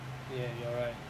ya you are right